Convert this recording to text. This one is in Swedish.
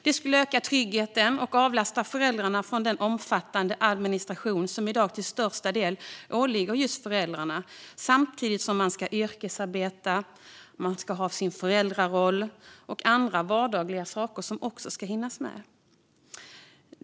Det skulle öka tryggheten och avlasta föräldrarna från den omfattande administration som i dag till största del åligger just dem, samtidigt som yrkesarbete, föräldraroll och andra vardagliga saker ska hinnas med.